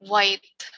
White